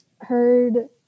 heard